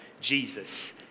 Jesus